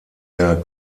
der